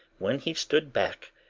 when he stood back,